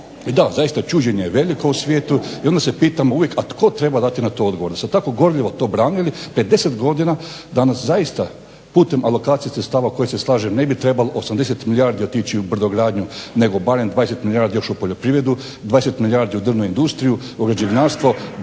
I da zaista čuđenje je veliko u svijetu i onda se pitamo uvijek tko treba na to odgovor da ste tako gorljivo to branili 50 godina. Danas zaista putem alokacijskih sredstava kojih se slažem ne bi trebalo 80 milijardi otići u brodogradnju nego barem 20 milijardi još u poljoprivredu, 20 milijardi u drvnu industriju, u građevinarstvo